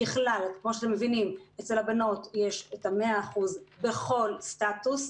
ככלל יש את ה-100% בכל סטטוס.